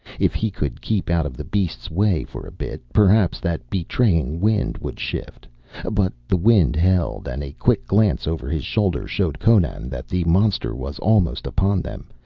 if he could keep out of the beast's way for a bit, perhaps that betraying wind would shift but the wind held, and a quick glance over his shoulder showed conan that the monster was almost upon them,